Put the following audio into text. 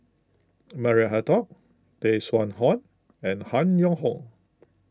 Maria Hertogh Tay Seow Huah and Han Yong Hong